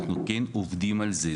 אנחנו כן עובדים על זה.